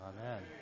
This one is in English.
Amen